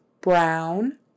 brown